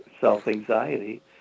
self-anxiety